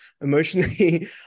emotionally